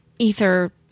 Ether